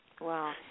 Wow